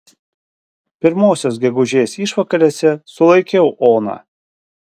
pirmosios gegužės išvakarėse sulaikiau oną